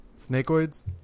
Snakeoids